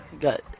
got